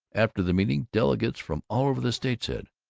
after the meeting, delegates from all over the state said,